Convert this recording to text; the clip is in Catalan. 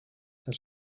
els